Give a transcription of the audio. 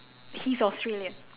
he's australian